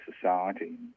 society